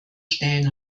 stellen